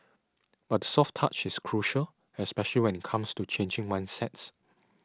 but the soft touch is crucial especially when it comes to changing mindsets